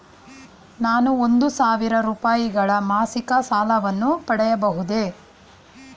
ನಾನು ಒಂದು ಸಾವಿರ ರೂಪಾಯಿಗಳ ಮಾಸಿಕ ಸಾಲವನ್ನು ಪಡೆಯಬಹುದೇ?